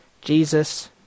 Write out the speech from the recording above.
Jesus